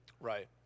Right